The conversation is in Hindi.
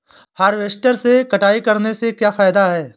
हार्वेस्टर से कटाई करने से क्या फायदा है?